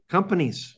Companies।